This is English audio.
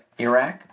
Iraq